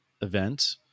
event